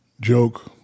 Joke